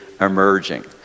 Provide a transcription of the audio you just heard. emerging